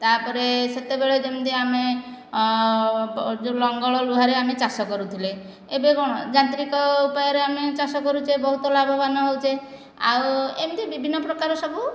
ତା'ପରେ ସେତେବେଳେ ଯେମତି ଆମେ ଯେଉଁ ଲଙ୍ଗଳ ଲୁହାରେ ଆମେ ଚାଷ କରୁଥିଲେ ଏବେ କଣ ଯାନ୍ତ୍ରିକ ଉପାୟରେ ଆମେ ଚାଷ କରୁଛେ ବହୁତ ଲାଭବାନ ହେଉଛେ ଆଉ ଏମତି ବିଭିନ୍ନ ପ୍ରକାର ସବୁ